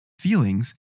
feelings